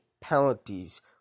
penalties